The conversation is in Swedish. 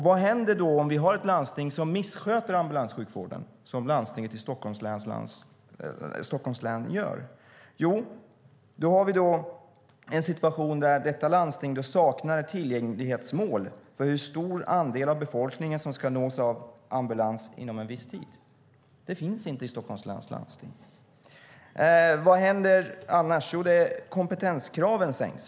Vad händer då om vi har ett landsting som missköter ambulanssjukvården, som landstinget i Stockholms län gör? Vi har en situation där detta landsting saknar ett tillgänglighetsmål, det vill säga hur stor andel av befolkningen som ska nås av ambulans inom en viss tid. Något sådant finns inte i Stockholms läns landsting. Vad händer annars? Jo, kompetenskraven sänks.